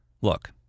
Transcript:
Look